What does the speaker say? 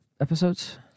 episodes